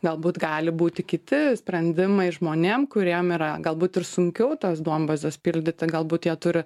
galbūt gali būti kiti sprendimai žmonėm kuriem yra galbūt ir sunkiau tas duombazes pildyt tai galbūt jie turi